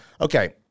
okay